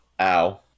Ow